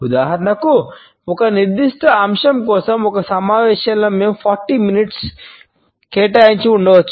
ఉదాహరణకు ఒక నిర్దిష్ట అంశం కోసం ఒక సమావేశంలో మేము 40 నిమిషాలు కేటాయించి ఉండవచ్చు